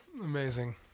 Amazing